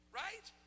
right